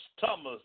Thomas